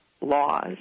laws